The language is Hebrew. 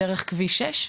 דרך כביש 6,